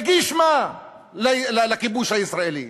הוא יגיש מה לכיבוש הישראלי?